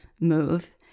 move